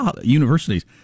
universities